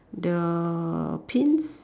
the pins